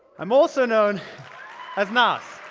i'm also known as nas.